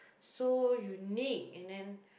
so unique and then